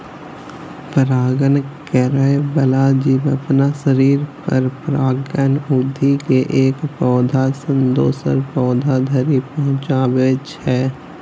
परागण करै बला जीव अपना शरीर पर परागकण उघि के एक पौधा सं दोसर पौधा धरि पहुंचाबै छै